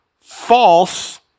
false